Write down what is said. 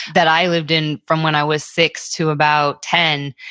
that i lived in from when i was six to about ten.